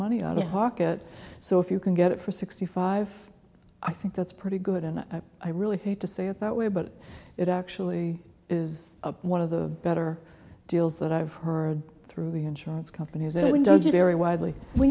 money out of pocket so if you can get it for sixty five i think that's pretty good and i really hate to say it that way but it actually is one of the better deals that i've heard through the insurance companies w